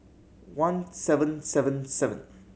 one seven seven seven